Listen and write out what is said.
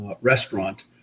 restaurant